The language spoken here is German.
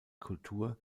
kultur